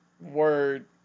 word